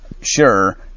sure